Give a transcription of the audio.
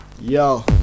yo